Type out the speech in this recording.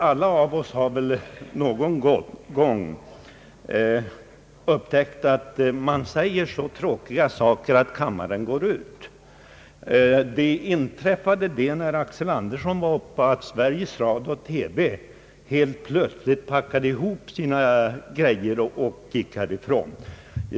Alla av oss har väl någon gång upptäckt att man säger så tråkiga saker att kammarens ledamöter går ut. När herr Axel Andersson talade inträffade att herrarna i Sveriges Radio-TV helt plötsligt packade ihop sina grejor och gick härifrån.